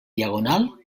diagonal